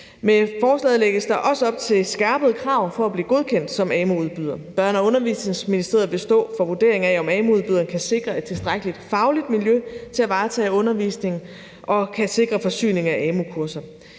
Med forslaget lægges der op også op til skærpede krav for at blive godkendt som amu-udbyder. Børne- og Undervisningsministeriet vil stå for vurderingen af, om amu-udbyderen kan sikre et tilstrækkeligt fagligt miljø til at varetage undervisningen og kan sikre forsyningen af amu-kurser.